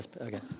Okay